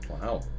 Wow